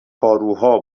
پاروها